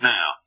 Now